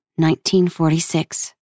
1946